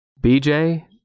BJ